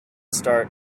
start